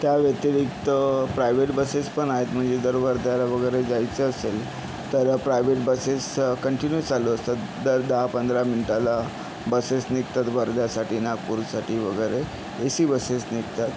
त्या व्यतिरिक्त private buses पण आहेत म्हणजे जर वर्ध्याला वगैरे जायचं असेल तर प्रायव्हेट बसेस कंटिन्यू चालू असतात दर दहा पंधरा मिनटाला बसेस निघतात वर्ध्यासाठी नागपूरसाठी वगेरे ए सी बसेस निघतात